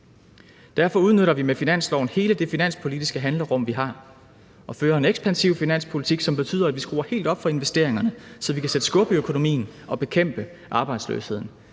Derfor udnytter vi med finansloven hele det finanspolitiske handlerum, vi har, og fører en ekspansiv finanspolitik, som betyder, at vi skruer helt op for investeringerne, så vi kan sætte skub i økonomien og bekæmpe arbejdsløsheden.